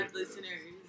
listeners